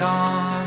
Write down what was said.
on